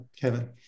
kevin